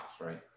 right